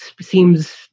seems